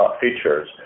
features